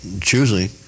choosing